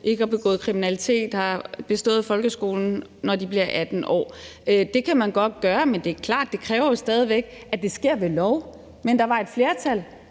ikke har begået kriminalitet og har bestået folkeskolen, når de bliver 18 år. Det kan man godt gøre, men det er klart, at det jo stadig væk kræver, at det sker ved lov. Der var et flertal,